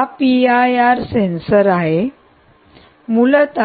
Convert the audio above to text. हा P I R sensor मूलत